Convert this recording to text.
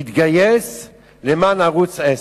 ותתגייס למען ערוץ-10.